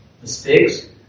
mistakes